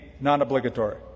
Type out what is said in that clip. Non-obligatory